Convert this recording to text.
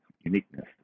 uniqueness